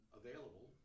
available